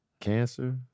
Cancer